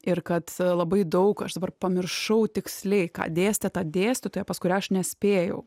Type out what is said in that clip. ir kad labai daug aš dabar pamiršau tiksliai ką dėstė ta dėstytoja pas kurią aš nespėjau